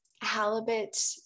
halibut